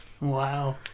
Wow